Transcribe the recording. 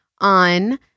on